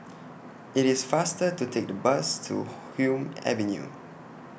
IT IS faster to Take The Bus to Hume Avenue